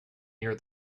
near